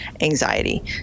anxiety